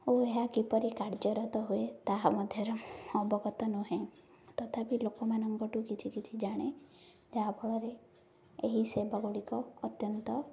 ଓ ଏହା କିପରି କାର୍ଯ୍ୟରତ ହୁଏ ତାହା ମଧ୍ୟରେ ଅବଗତ ନୁହେଁ ତଥାପି ଲୋକମାନଙ୍କ ଠୁ କିଛି କିଛି ଜାଣେ ଯାହାଫଳରେ ଏହି ସେବା ଗୁଡ଼ିକ ଅତ୍ୟନ୍ତ